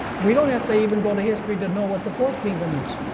we don't know if they even got to history to know what the fourth kingdom is.